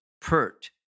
Pert